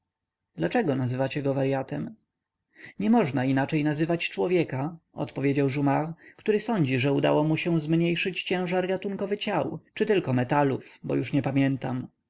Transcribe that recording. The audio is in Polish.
palcem w czoło dlaczego nazywacie go waryatem niemożna inaczej nazywać człowieka odpowiedział jumart który sądzi że uda mu się zmniejszyć ciężar gatunkowy ciał czy tylko metalów bo już nie pamiętam